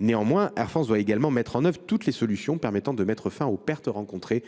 Dans le même temps, Air France doit mettre en œuvre toutes les solutions permettant de mettre fin aux pertes rencontrées